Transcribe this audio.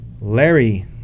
Larry